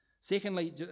Secondly